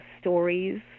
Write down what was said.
stories